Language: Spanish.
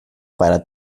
para